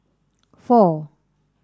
four